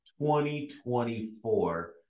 2024